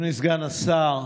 אדוני סגן השר,